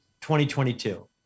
2022